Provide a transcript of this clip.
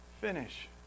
Finish